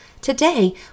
Today